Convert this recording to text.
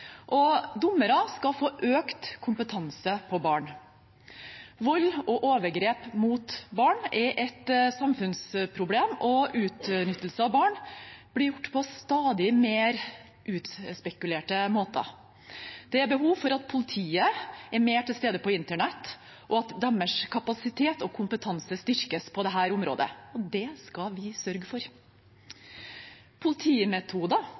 og dommere skal få økt kompetanse på barn. Vold og overgrep mot barn er et samfunnsproblem, og utnyttelse av barn blir gjort på stadig mer utspekulerte måter. Det er behov for at politiet er mer til stede på internett, og at deres kapasitet og kompetanse styrkes på dette området. Det skal vi sørge for. Politimetoder